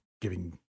giving